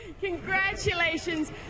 Congratulations